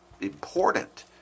important